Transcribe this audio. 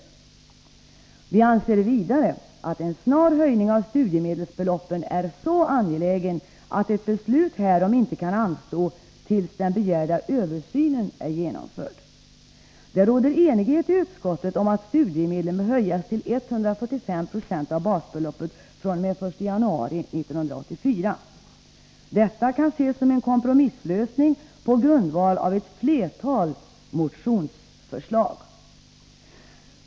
Vi anser vidare att en snar höjning av studiemedelsbeloppen är så angelägen att ett beslut härom inte kan anstå tills den begärda översynen är genomförd. Det råder enighet i utskottet om att studiemedlen bör höjas till 145 90 av basbeloppet fr.o.m. den 1 januari 1984. Detta kan ses som en kompromisslösning på grundval av ett flertal motionsförslag.